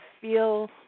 feel